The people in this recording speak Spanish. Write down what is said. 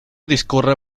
discurre